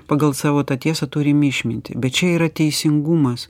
pagal savo tiesą turim išmintį bet čia yra teisingumas